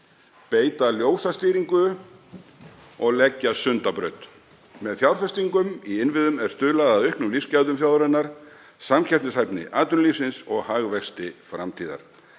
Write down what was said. beita ljósastýringu og leggja Sundabraut. Með fjárfestingum í innviðum er stuðlað að auknum lífsgæðum þjóðarinnar, samkeppnishæfni atvinnulífsins og hagvexti framtíðar.